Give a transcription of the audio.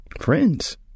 friends